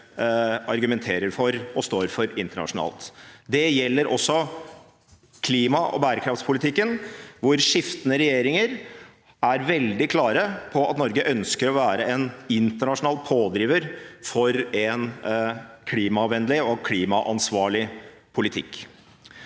argumenterer for og står for internasjonalt. Det gjelder også klima- og bærekraftpolitikken, hvor skiftende regjeringer er veldig klare på at Norge ønsker å være en internasjonal pådriver for en klimavennlig og klimaansvarlig politikk.